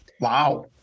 Wow